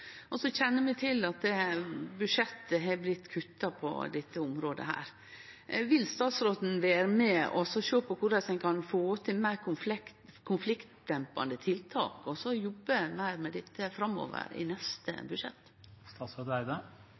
til at budsjettet har blitt kutta på dette området. Vil statsråden bli med og sjå på korleis ein kan få til meir konfliktdempande tiltak, og også jobbe meir med dette framover, i neste budsjett?